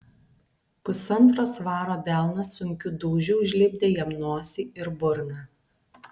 pusantro svaro delnas sunkiu dūžiu užlipdė jam nosį ir burną